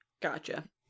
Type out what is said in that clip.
Gotcha